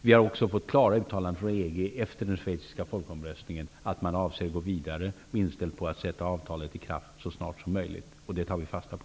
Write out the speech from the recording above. Vi har också fått klara uttalanden från EG efter den schweiziska folkomröstningen om att man avser att gå vidare och att man är inställd på att sätta avtalet i kraft så snart som möjligt. Det tar vi fasta på.